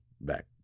back